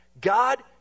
God